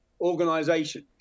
organisation